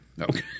Okay